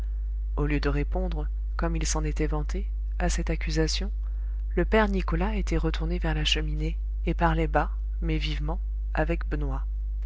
au lieu de répondre comme il s'en était vanté à cette accusation le père nicolas était retourné vers la cheminée et parlait bas mais vivement avec benoît